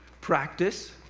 practice